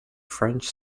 french